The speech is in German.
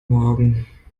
morgen